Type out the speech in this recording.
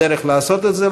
אבל אין דרך לעשות את זה.